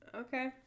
Okay